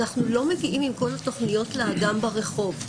אנחנו לא מגיעים עם כל התוכניות לאדם ברחוב,